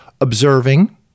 observing